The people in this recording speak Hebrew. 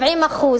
70%